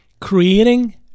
Creating